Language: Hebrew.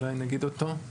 אולי נגיד אותו.